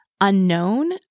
unknown